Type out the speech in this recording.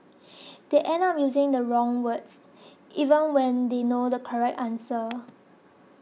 they end up using the wrong words even when they know the correct answer